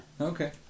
okay